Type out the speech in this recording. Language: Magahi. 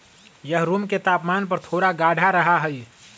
यह रूम के तापमान पर थोड़ा गाढ़ा रहा हई